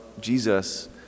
Jesus